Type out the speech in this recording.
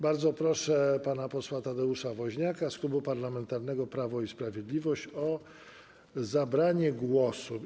Bardzo proszę pana posła Tadeusza Woźniaka z Klubu Parlamentarnego Prawo i Sprawiedliwość o zabranie głosu.